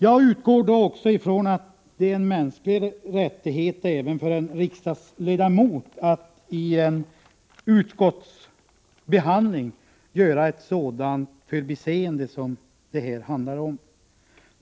Jag utgår då också ifrån att det är en mänsklig rättighet även för en riksdagsledamot att i en utskottsbehandling göra ett sådant förbiseende som det här handlar om.